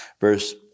Verse